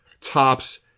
Tops